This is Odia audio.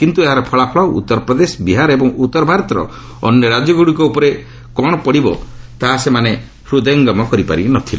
କିନ୍ତୁ ଏହାର ଫଳାଫଳ ଉତ୍ତର ପ୍ରଦେଶ ବିହାର ଏବଂ ଉତ୍ତର ଭାରତର ଅନ୍ୟ ରାଜ୍ୟଗୁଡ଼ିକ ଉପରେ କ'ଣ ପଡ଼ିବ ତାହା ସେମାନେ ହୃଦୟଙ୍ଗମ କରିପାରି ନ ଥିଲେ